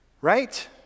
Right